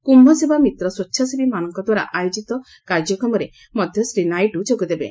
କୁୟ ସେବା ମିତ୍ର ସ୍ପେଚ୍ଛାସେବୀମାନଙ୍କ ଦ୍ୱାରା ଆୟୋଜିତ କାର୍ଯ୍ୟକ୍ରମରେ ମଧ୍ୟ ଶ୍ରୀ ନାଇଡୁ ଯୋଗଦେବେ